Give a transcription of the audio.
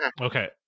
Okay